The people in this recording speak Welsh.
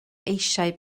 eisiau